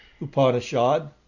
Upanishad